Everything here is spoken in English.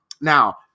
Now